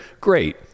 great